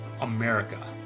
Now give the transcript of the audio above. America